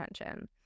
attention